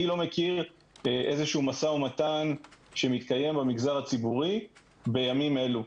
אני לא מכיר איזה משא ומתן שמתקיים במגזר הציבורי בימים אלו,